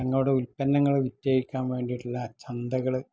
തങ്ങളുടെ ഉൽപ്പന്നങ്ങൾ വിറ്റഴിക്കാൻ വേണ്ടിയിട്ടുള്ള ചന്തകൾ